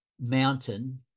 Mountain